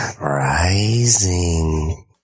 Rising